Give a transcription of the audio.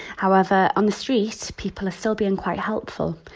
however, on the street, people are still being quite helpful.